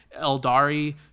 Eldari